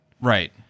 Right